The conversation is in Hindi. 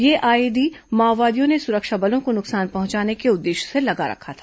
यह आईईडी माओवादियों ने सुरक्षा बलों को नुकसान पहुंचाने के उद्देश्य से लगा रखा था